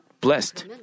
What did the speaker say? Blessed